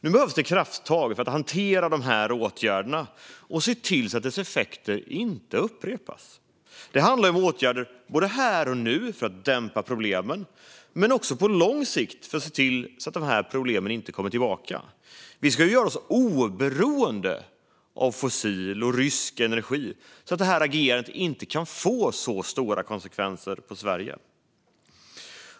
Nu behövs krafttag och åtgärder för att hantera detta och se till att effekterna inte upprepas. Det handlar om åtgärder här och nu för att dämpa problemen men också för att på lång sikt se till att problemen inte kommer tillbaka. Vi ska göra oss oberoende av fossil och rysk energi, så att sådant agerande inte kan få så stora konsekvenser för Sverige.